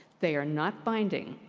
they are not binding.